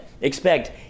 expect